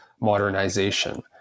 modernization